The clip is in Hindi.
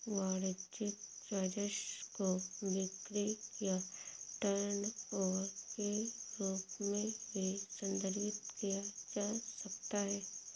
वाणिज्यिक राजस्व को बिक्री या टर्नओवर के रूप में भी संदर्भित किया जा सकता है